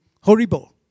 horrible